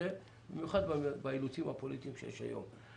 במיוחד נוכח האילוצים הפוליטיים שיש היום.